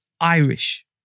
Irish